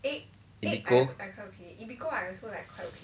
ebiko